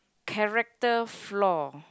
character flaw